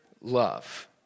love